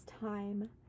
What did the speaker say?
time